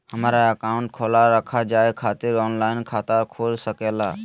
हमारा अकाउंट खोला रखा जाए खातिर ऑनलाइन खाता खुल सके ला?